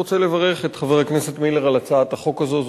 אני רוצה לברך את חבר הכנסת מילר על הצעת החוק הזאת.